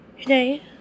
Today